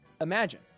Imagine